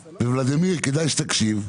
ולדימיר, כדאי שתקשיב.